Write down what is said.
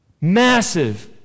Massive